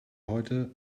heute